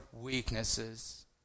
weaknesses